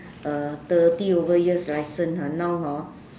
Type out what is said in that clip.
uh thirty over years license ah now hor